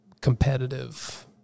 competitive